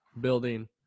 building